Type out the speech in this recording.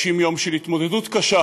50 יום של התמודדות קשה